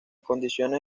condiciones